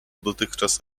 dotychczas